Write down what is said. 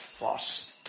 first